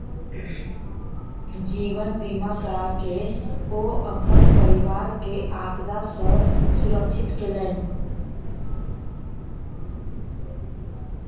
जीवन बीमा कराके ओ अपन परिवार के आपदा सॅ सुरक्षित केलैन